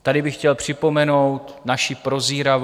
Tady bych chtěl připomenout naši prozíravost.